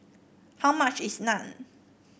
how much is Naan